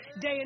Day